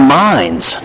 minds